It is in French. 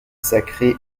sacré